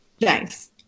Thanks